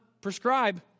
prescribe